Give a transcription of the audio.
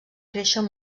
creixen